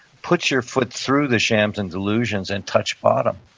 put your foot through the shams and delusions and touch bottom.